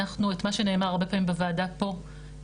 את מה שנאמר בוועדה פה,